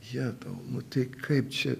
jetau nutai kaip čia